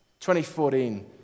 2014